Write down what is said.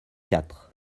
quatre